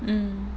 mm